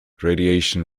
radiation